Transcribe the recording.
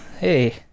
Hey